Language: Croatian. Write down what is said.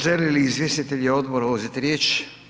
Želi li izvjestitelj odbora uzeti riječ?